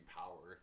power